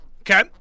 Okay